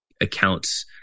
accounts